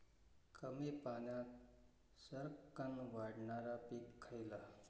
कमी पाण्यात सरक्कन वाढणारा पीक खयला?